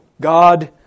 God